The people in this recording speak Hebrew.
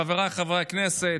חבריי חברי הכנסת,